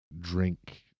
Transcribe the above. drink